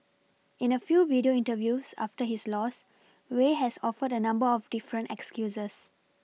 in a few video interviews after his loss wei has offered a number of different excuses